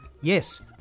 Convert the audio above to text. Yes